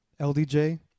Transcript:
LDJ